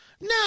No